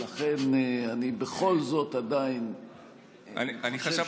למינוי נציגו,